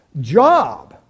job